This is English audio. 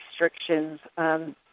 restrictions